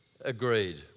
agreed